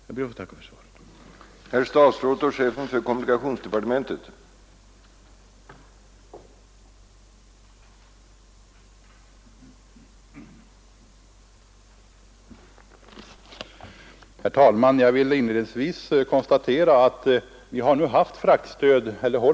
Jag ber att få tacka för svaret.